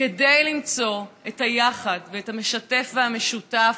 וכדי למצוא את היחד ואת המשתף והמשותף,